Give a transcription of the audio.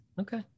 Okay